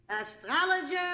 astrologer